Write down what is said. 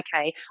okay